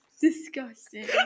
Disgusting